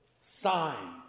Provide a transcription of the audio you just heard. Signs